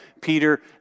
Peter